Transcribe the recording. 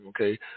okay